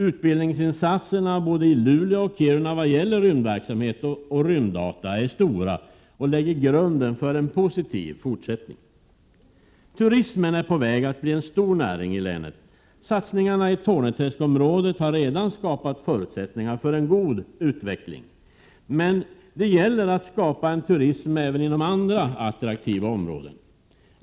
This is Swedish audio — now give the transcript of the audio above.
Utbildningsinsatserna, både i Luleå och i Kiruna, vad gäller rymdverksamhet och rymddata är stora och lägger grunden för en positiv fortsättning. Turismen är på väg att bli en stor näring i länet. Satsningarna i Torne träsk-området har redan skapat förutsättningar för en god utveckling. Men det gäller att skapa en turism även inom andra attraktiva områden.